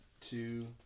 two